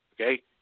Okay